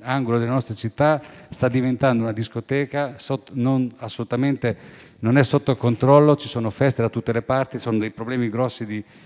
angolo delle nostre città sta diventando una discoteca assolutamente fuori controllo: ci sono feste da tutte le parti, notevoli problemi